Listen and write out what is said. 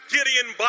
Gideon